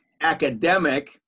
academic